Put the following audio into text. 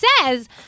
says